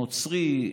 נוצרי,